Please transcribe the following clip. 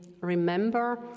remember